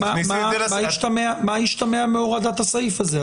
מה ישתמע מהורדת הסעיף הזה?